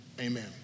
Amen